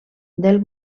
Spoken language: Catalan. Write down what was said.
del